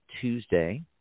tuesday